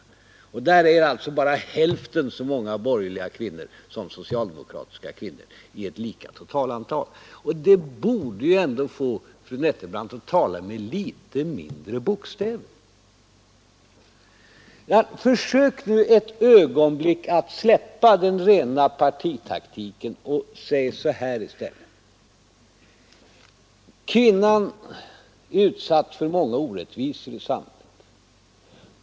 I dessa utredningar är det alltså bara hälften så många borgerliga kvinnor som socialdemokratiska kvinnor, av ett lika totalantal. Detta borde få fru Nettelbrandt att tala med litet mindre bokstäver. Försök nu ett ögonblick att släppa den rena partipolitiken och säg så här i stället: Kvinnan är utsatt för många orättvisor i samhället.